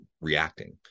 reacting